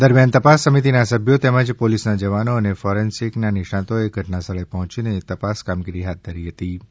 દરમ્યાન તપાસ સમિતિના સભ્યો તેમજ પોલીસના જવાનો અને ફેરેન્સીકના નિષ્ણાતોએ ઘટના સ્થળે પહોંચીને તપાસ કામગીરી હાથ ધરી છિ